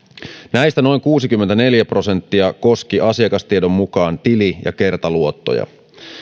näistä noin kuusikymmentäneljä prosenttia koski asiakastiedon mukaan tili ja kertaluottoja